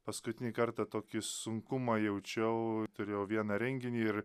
paskutinį kartą tokį sunkumą jaučiau turėjau vieną renginį ir